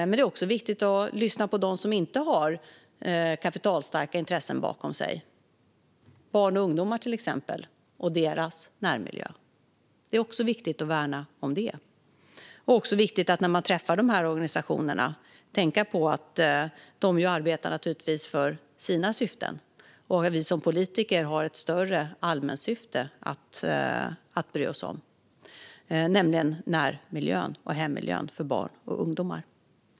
Men det är viktigt att också lyssna på dem som inte har kapitalstarka intressen bakom sig, till exempel barn och ungdomar och deras närmiljö. Det är viktigt att värna om. När man träffar dessa organisationer är det också viktigt att tänka på att de naturligtvis arbetar för sina syften och att vi som politiker har ett större allmänsyfte att bry oss om, nämligen närmiljön och hemmiljön för barn och ungdomar.